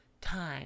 time